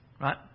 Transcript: right